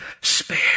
spare